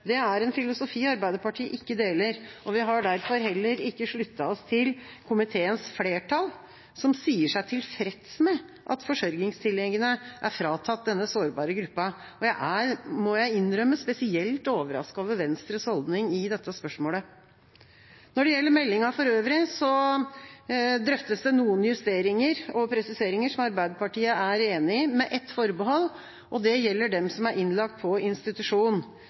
Det er en filosofi Arbeiderpartiet ikke deler, og vi har derfor heller ikke sluttet oss til komiteens flertall, som sier seg tilfreds med at forsørgertilleggene er fratatt denne sårbare gruppa. Jeg er, må jeg innrømme, spesielt overrasket over Venstres holdning i dette spørsmålet. Når det gjelder meldinga for øvrig, drøftes det noen justeringer og presiseringer som Arbeiderpartiet er enig i, med ett forbehold, og det gjelder dem som er innlagt på institusjon.